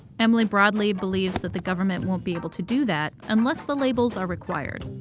emily broad leib believes that the government won't be able to do that unless the labels are required.